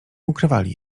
ukrywali